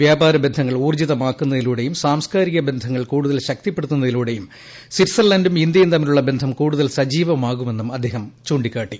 വ്യാപാര ബന്ധങ്ങൾ ഊർജ്ജിതമാക്കുന്നതിലൂടെയും സാംസ്ക്കാരിക ബന്ധങ്ങൾ കൂടുതൽ ശക്തിപ്പെടുത്തുന്നതിലൂടെയും സ്വിറ്റ്സർലന്റും ഇന്ത്യയും തമ്മിലുള്ള ബന്ധം കൂടുതൽ സജീവമാകുമെന്നും അദ്ദേഹം ചൂണ്ടിക്കാട്ടി